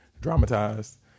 dramatized